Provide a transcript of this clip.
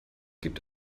gibt